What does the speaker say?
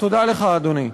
תודה לך, אדוני.